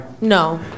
No